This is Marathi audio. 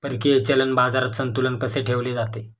परकीय चलन बाजारात संतुलन कसे ठेवले जाते?